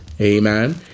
Amen